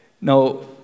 No